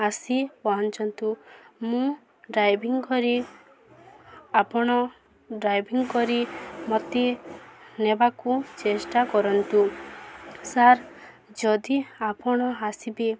ଆସି ପହଞ୍ଚନ୍ତୁ ମୁଁ ଡ୍ରାଇଭିଂ କରି ଆପଣ ଡ୍ରାଇଭିଂ କରି ମୋତେ ନେବାକୁ ଚେଷ୍ଟା କରନ୍ତୁ ସାର୍ ଯଦି ଆପଣ ଆସିବେ